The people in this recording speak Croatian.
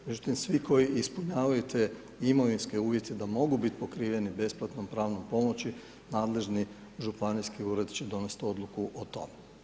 Međutim svi koji ispunjavaju te imovinske uvjete da mogu biti pokriveni besplatnom pravnom pomoći nadležni županijski ured će donest odluku o tome, najkraće.